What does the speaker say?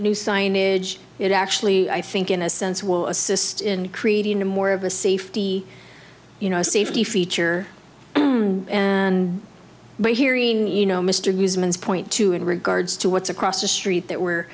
new signage it actually i think in a sense will assist in creating a more of a safety you know safety feature and by hearing you know mr hughes means point two in regards to what's across the street that we're